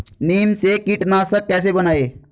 नीम से कीटनाशक कैसे बनाएं?